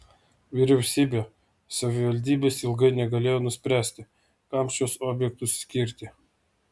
vyriausybė savivaldybės ilgai negalėjo nuspręsti kam šiuos objektus skirti